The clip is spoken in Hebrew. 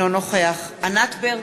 ענת ברקו,